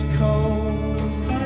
cold